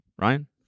Ryan